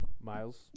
Miles